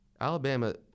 Alabama